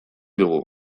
dugu